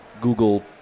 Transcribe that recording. Google